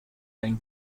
been